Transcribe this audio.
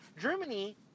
Germany